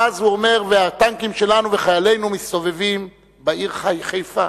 והטנקים שלנו וחיילינו מסתובבים בעיר חיפה.